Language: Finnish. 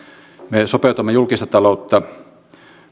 me sopeutamme julkista taloutta